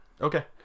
Okay